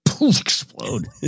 explode